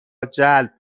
جلب